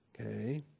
Okay